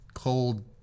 Cold